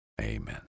Amen